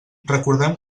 recordem